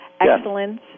Excellence